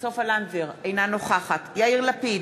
אינה נוכחת יאיר לפיד,